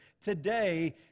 today